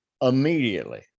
immediately